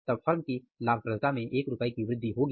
तब फर्म की लाभप्रदता में एक रुपए की वृद्धि होगी